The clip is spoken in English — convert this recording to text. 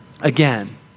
again